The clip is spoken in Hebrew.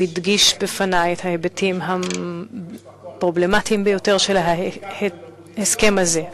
הוא הדגיש בפני את ההיבטים הפרובלמטיים ביותר של ההסכם הזה.